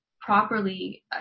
properly